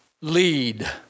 lead